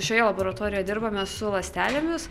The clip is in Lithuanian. šioje laboratorijoje dirbame su ląstelėmis